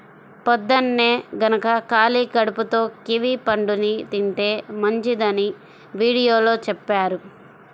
పొద్దన్నే గనక ఖాళీ కడుపుతో కివీ పండుని తింటే మంచిదని వీడియోలో చెప్పారు